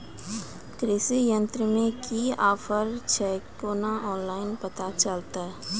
कृषि यंत्र मे की ऑफर छै केना ऑनलाइन पता चलतै?